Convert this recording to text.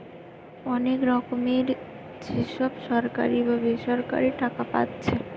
অনেক রকমের যে সব সরকারি বা বেসরকারি টাকা পাচ্ছে